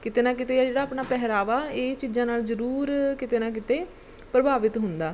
ਕਿਤੇ ਨਾ ਕਿਤੇ ਇਹ ਜਿਹੜਾ ਆਪਣਾ ਪਹਿਰਾਵਾ ਇਹ ਚੀਜ਼ਾਂ ਨਾਲ ਜ਼ਰੂਰ ਕਿਤੇ ਨਾ ਕਿਤੇ ਪ੍ਰਭਾਵਿਤ ਹੁੰਦਾ